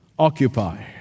occupy